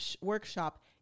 workshop